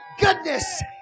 goodness